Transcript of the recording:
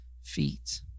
feet